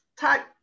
type